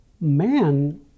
Man